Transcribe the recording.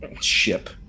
ship